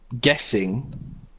guessing